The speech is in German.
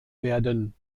werden